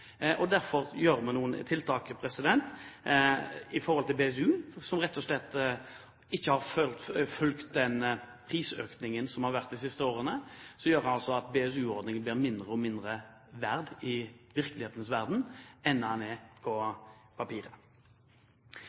Derfor gjør vi noen tiltak i forhold til BSU, som rett og slett ikke har fulgt den prisøkningen som har vært de siste årene, som gjør at BSU-ordningen blir mindre og mindre verd i virkelighetens verden enn den er på papiret.